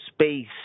space